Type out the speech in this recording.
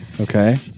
Okay